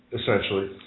essentially